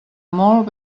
molt